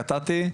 קטעתי,